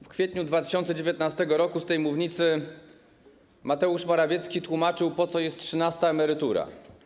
W kwietniu 2019 r. z tej mównicy Mateusz Morawiecki tłumaczył, po co jest trzynasta emerytura.